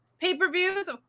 pay-per-views